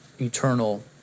eternal